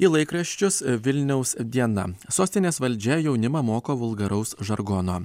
į laikraščius vilniaus diena sostinės valdžia jaunimą moko vulgaraus žargono